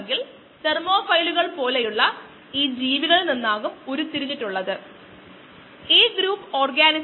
dxdtmSKSSx ഇപ്പോൾ വിശകലനത്തിന്റെ എളുപ്പത്തിനായി രണ്ട് കേസുകൾ നമുക്ക് പരിഗണിക്കാം